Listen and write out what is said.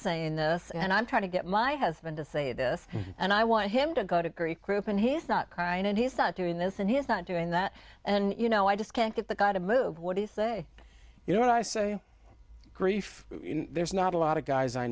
saying this and i'm trying to get my husband to say this and i want him to go to a great group and he is not crying and he's not doing this and he's not doing that and you know i just can't get the god to move what do you say you know what i say grief there's not a lot of guys i